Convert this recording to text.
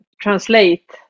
translate